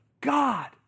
God